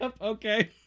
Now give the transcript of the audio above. okay